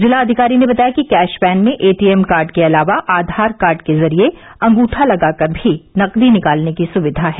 जिलाधिकारी ने बताया कि कैश वैन में एटीएम कार्ड के अलावा आधार कार्ड के जरिये अंगूठा लगाकर भी नकदी निकालने की सुविधा है